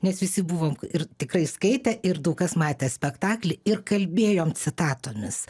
mes visi buvom ir tikrai skaitę ir daug kas matę spektaklį ir kalbėjom citatomis